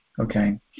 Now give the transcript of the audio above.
Okay